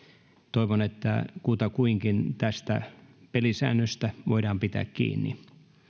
toivon että kutakuinkin tästä pelisäännöstä voidaan pitää kiinni